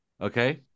Okay